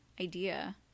idea